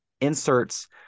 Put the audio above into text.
inserts –